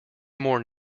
more